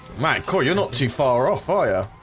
my core you're not too far off fire